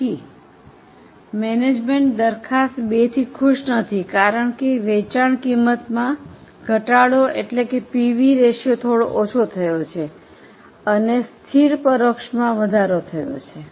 તેથી મેનેજમેન્ટ દરખાસ્ત 2 થી ખુશ નથી કારણ કે વેચાણ કિંમતમાં ઘટાડો એટલે પીવી રેશિયો થોડો ઓછો થયો છે અને સ્થિર પરોક્ષમાં વધારો થયો છે